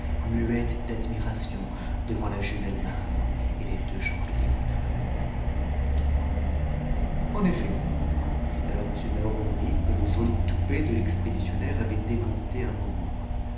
muettes d'admiration devant la jumelle marine et les deux chandeliers louis xiii en effet fit alors m de la hourmerie que le joli toupet de l'expéditionnaire avait démonté un moment